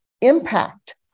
impact